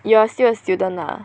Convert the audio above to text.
you are still a student lah